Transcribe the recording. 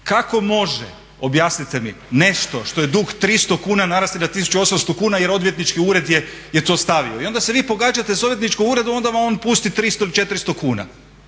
kako može, objasnite mi nešto što je dug 300 kuna narasti na 1800 kuna jer odvjetnički ured je to stavio? I onda se vi pogađate sa odvjetničkim uredom onda vam on pusti 300 ili 400 kuna.